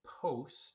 post